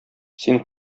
син